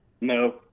No